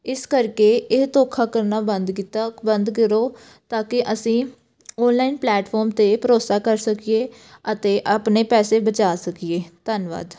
ਇਸ ਕਰਕੇ ਇਹ ਧੋਖਾ ਕਰਨਾ ਬੰਦ ਕੀਤਾ ਬੰਦ ਕਰੋ ਤਾਂ ਕਿ ਅਸੀਂ ਔਨਲਾਈਨ ਪਲੈਟਫੋਮ 'ਤੇ ਭਰੋਸਾ ਕਰ ਸਕੀਏ ਅਤੇ ਆਪਣੇ ਪੈਸੇ ਬਚਾ ਸਕੀਏ ਧੰਨਵਾਦ